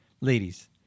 ladies